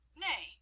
Nay